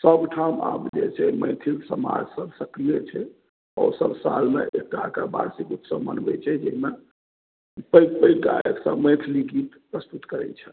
सबठाम आब जे छै मैथिल समाज सब सक्रिय छै आ ओ सब सालमे एकटा कऽ वार्षिक उत्सव मनबैत छै जाहिमे पैघ पैघ गायक सब मैथिलि गीत प्रस्तुत करैत छथि